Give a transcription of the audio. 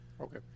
Okay